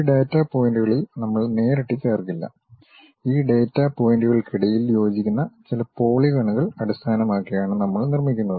ഈ ഡാറ്റാ പോയിന്റുകളിൽ നമ്മൾ നേരിട്ട് ചേർക്കില്ല ഈ ഡാറ്റാ പോയിന്റുകൾക്കിടയിൽ യോജിക്കുന്ന ചില പോളിഗണുകൾ അടിസ്ഥാനമാക്കിയാണ് നമ്മൾ നിർമ്മിക്കുന്നത്